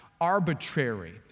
arbitrary